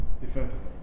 defensively